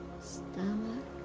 Stomach